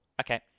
Okay